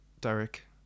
Derek